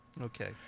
Okay